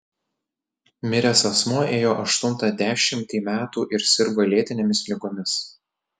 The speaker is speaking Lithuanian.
miręs asmuo ėjo aštuntą dešimtį metų ir sirgo lėtinėmis ligomis